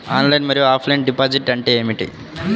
Online మరియు offline deposit అంటే ఏమిటి?